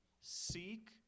Seek